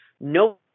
No